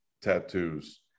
Tattoos